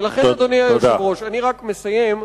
ולכן, אדוני היושב-ראש, אני רק מסיים,